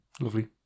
lovely